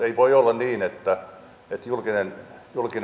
ei voi olla niin että te tuotte tulkin